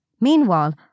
Meanwhile